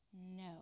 no